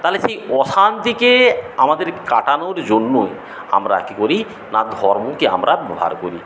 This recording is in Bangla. তাহলে সেই অশান্তিকে আমাদের কাটানোর জন্যই আমরা কী করি না ধর্মকে আমরা ব্যবহার করি